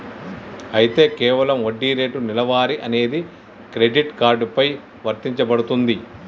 అయితే కేవలం వడ్డీ రేటు నెలవారీ అనేది క్రెడిట్ కార్డు పై వర్తించబడుతుంది